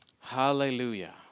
Hallelujah